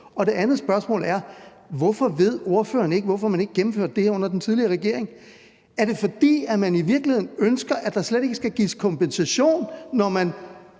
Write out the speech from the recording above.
Det andet spørgsmål er: Hvorfor ved ordføreren ikke, hvorfor man ikke gennemførte det her under den tidligere regering? Er det, fordi man i virkeligheden ønsker, at der slet ikke skal gives kompensation, når man